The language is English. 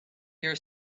your